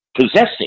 possessing